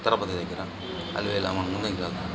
తిరుపతి దగ్గర అలివేలి మంగమ్మ ఇంకా